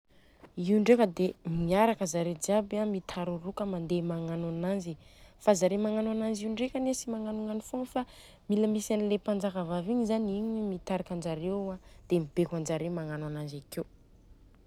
Io ndreka dia miaraka zareo jiaby mitaroroka mandeha magnano ananjy. Fa zareo magnano ananjy io ndrekany a tsy magnanongnano fogna fa mila misy anle mpajaka vavy igny zani no mitarikanjareo dia mibeko anjareo magnano ananjy akeo.